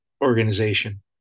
organization